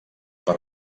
per